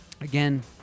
Again